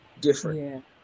Different